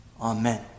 amen